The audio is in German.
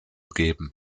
geben